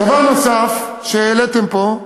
דבר נוסף שהעליתם פה,